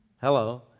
Hello